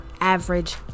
average